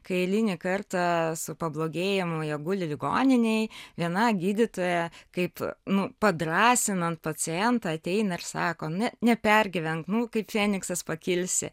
kai eilinį kartą su pablogėjimu jie guli ligoninėj viena gydytoja kaip nu padrąsinant pacientą ateina ir sako ne nepergyvenk nu kaip feniksas pakilsi